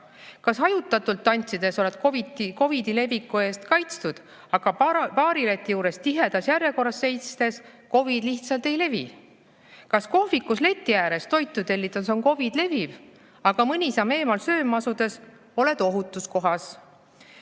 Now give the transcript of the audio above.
Kas hajutatult tantsides oled COVID-i leviku eest kaitstud, aga baarileti juures tihedas järjekorras seistes COVID lihtsalt ei levi? Kas kohvikus leti ääres toitu tellides on COVID leviv, aga mõni samm eemal sööma asudes oled ohutus kohas?